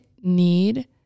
need